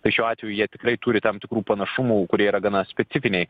tai šiuo atveju jie tikrai turi tam tikrų panašumų kurie yra gana specifiniai